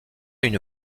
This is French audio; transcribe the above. une